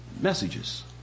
messages